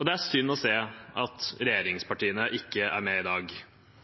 Det er synd å se at regjeringspartiene ikke er med i dag.